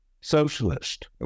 socialist